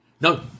No